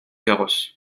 carrosse